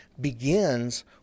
begins